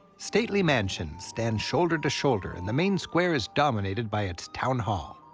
stately mansions stand shoulder to shoulder, and the main square is dominated by its town hall.